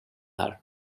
här